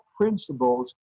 principles